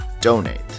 donate